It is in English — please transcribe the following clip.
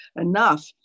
enough